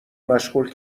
مشغول